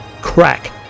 crack